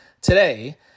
today